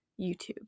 YouTube